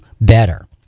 better